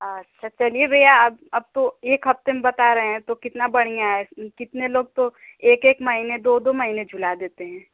अच्छा चलिए भैया अब अब तो एक हफ़्ते में बता रहे हैं तो कितना बढ़िया है कितने लोग तो एक एक महीने दो दो महीने झुला देते हैं